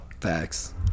facts